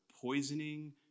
poisoning